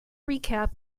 recap